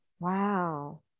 Wow